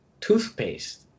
toothpaste